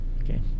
okay